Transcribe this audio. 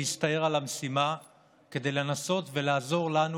והסתער על המשימה כדי לנסות ולעזור לנו